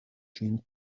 ĝin